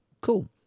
Cool